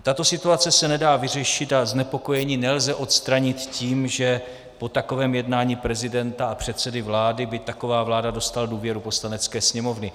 Tato situace se nedá vyřešit a znepokojení nelze odstranit tím, že po takovém jednání prezidenta a předsedy vlády by taková vláda dostala důvěru Poslanecké sněmovny.